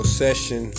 session